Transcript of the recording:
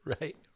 Right